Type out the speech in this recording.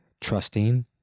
trusting